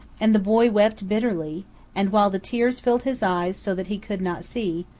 and the boy wept bitterly and, while the tears filled his eyes so that he could not see,